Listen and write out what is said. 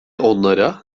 onlara